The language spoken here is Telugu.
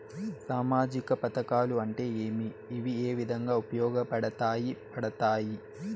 సామాజిక పథకాలు అంటే ఏమి? ఇవి ఏ విధంగా ఉపయోగపడతాయి పడతాయి?